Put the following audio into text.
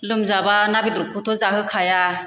लोमजाबा ना बेदरखौथ' जाहोखाया